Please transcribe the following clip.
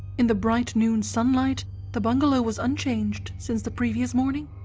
in the bright noon sunlight the bungalow was unchanged since the previous morning.